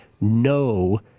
no